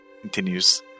continues